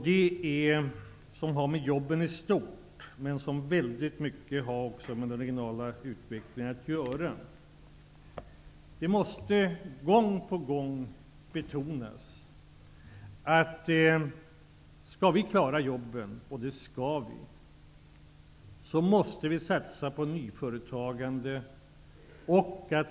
Det gäller jobben i allmänhet, men det har också med den regionala utvecklingen att göra. Det måste gång på gång betonas, att om vi skall klara jobben -- och det skall vi göra -- måste vi satsa på nyföretagande.